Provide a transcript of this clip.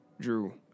Drew